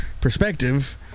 perspective